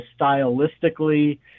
stylistically